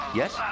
yes